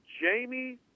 Jamie